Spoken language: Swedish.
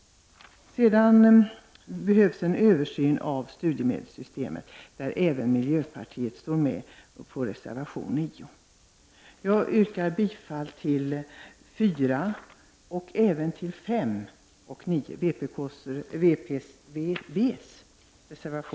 Det behövs en översyn av studiemedelssystemet. Miljöpartiet är med om att ställa det kravet i reservation 9. Jag yrkar bifall till reservationerna 4, 5 och 9.